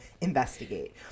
investigate